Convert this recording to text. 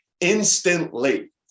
instantly